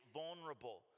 vulnerable